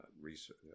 research